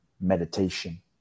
meditation